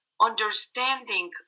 understanding